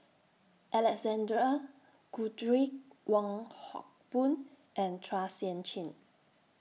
Alexander Guthrie Wong Hock Boon and Chua Sian Chin